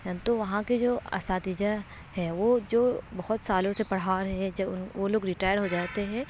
تو وہاں کے جو اساتذہ ہیں وہ جو بہت سالوں سے پڑھا رہے جب ان وہ لوگ ریٹائر ہو جاتے ہے